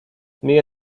myję